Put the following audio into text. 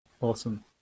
Awesome